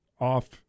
off